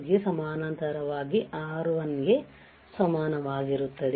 ಗೆ ಸಮಾನಾಂತರವಾಗಿ R1 ಗೆ ಸಮಾನವಾಗಿರುತ್ತದೆ